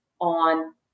on